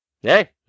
hey